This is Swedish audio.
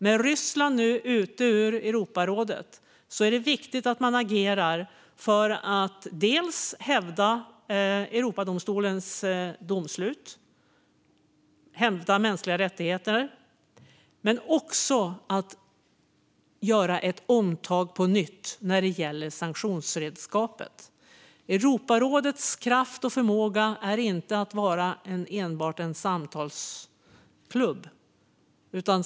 Med Ryssland ute ur Europarådet är det viktigt att man agerar för att dels hävda Europadomstolens domslut och mänskliga rättigheter, dels gör ett omtag när det gäller sanktionsredskapet. Europarådets kraft och förmåga är inte att vara enbart en samtalsklubb.